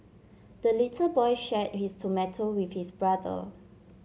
the little boy shared his tomato with his brother